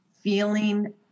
feeling